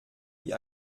wie